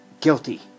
guilty